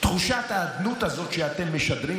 תחושת האדנות הזו שאתם משדרים,